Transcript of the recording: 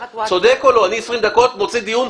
אני 20 דקות מוציא דיון,